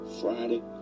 Friday